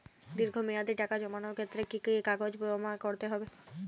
দীর্ঘ মেয়াদি টাকা জমানোর ক্ষেত্রে কি কি কাগজ জমা করতে হবে?